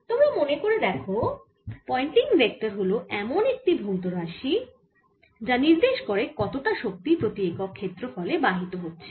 তোমরা মনে করে দেখো পয়েন্টিং ভেক্টর হল এমন একটি ভৌত রাশি যা নির্দেশ করে কত টা শক্তি প্রতি একক ক্ষেত্রফলে বাহিত হচ্ছে